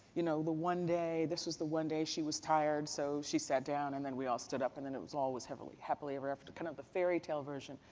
you know, the one day, this was the one day she was tired, so she sat down and then we all stood up and then it was all was heavenly, happily ever after, kind of the fairy tale version.